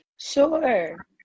Sure